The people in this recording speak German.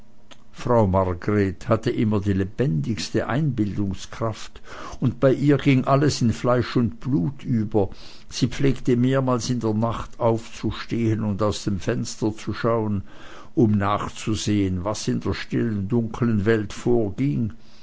frau margret hatte immer die lebendigste einbildungskraft und bei ihr ging alles in fleisch und blut über sie pflegte mehrmals in der nacht aufzustehen und aus dem fenster zu schauen um nachzusehen was in der stillen dunklen welt vorging